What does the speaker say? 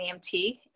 EMT